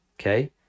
okay